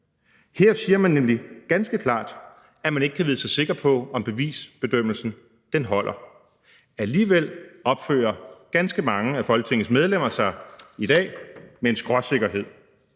Her siger man nemlig ganske klart, at man ikke kan vide sig sikker på, om bevisbedømmelsen holder. Alligevel opfører ganske mange af folketingets medlemmer sig i dag med en skråsikkerhed.